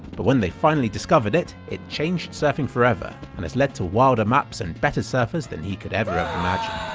but when they finally discovered it it changed surfing forever and has led to wilder maps and better surfers than he could ever have imagined.